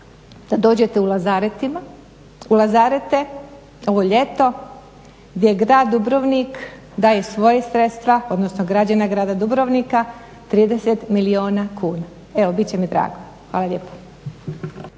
da dođete u Lazeretima, u Lazerete ovo ljeto gdje grad Dubrovnik daje svoja sredstva odnosno građani grada Dubrovnika 30 milijuna kuna. Evo bit će mi drago. Hvala lijepo.